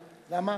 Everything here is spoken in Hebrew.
למה?